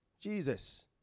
Jesus